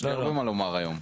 לי הרבה מה לומר היום.